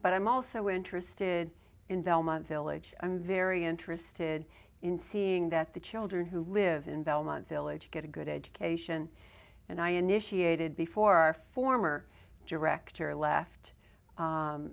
but i'm also interested in delma village i'm very interested in seeing that the children who live in belmont village get a good education and i initiated before our former director left